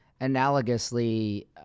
Analogously